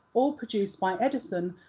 all produced by edison,